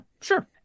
sure